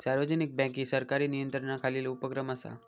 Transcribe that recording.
सार्वजनिक बँक ही सरकारी नियंत्रणाखालील उपक्रम असा